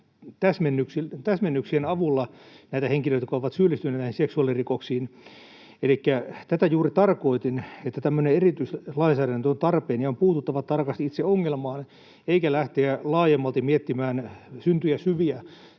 maasta, näitä henkilöitä, jotka ovat syyllistyneet seksuaalirikoksiin. Elikkä tätä juuri tarkoitin, että tämmöinen erityislainsäädäntö on tarpeen ja on puututtava tarkasti itse ongelmaan eikä pidä lähteä laajemmalti miettimään syntyjä syviä.